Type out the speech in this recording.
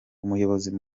umuyobozi